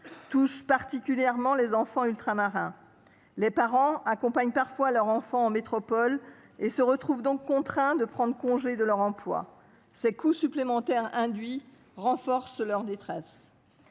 touchent particulièrement les enfants ultramarins. Les parents accompagnent parfois leur enfant en métropole et se trouvent donc contraints de quitter leur emploi. Les coûts supplémentaires induits aggravent encore leur détresse.